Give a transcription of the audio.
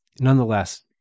Nonetheless